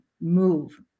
Move